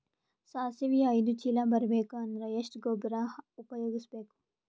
ಸಾಸಿವಿ ಐದು ಚೀಲ ಬರುಬೇಕ ಅಂದ್ರ ಎಷ್ಟ ಗೊಬ್ಬರ ಉಪಯೋಗಿಸಿ ಬೇಕು?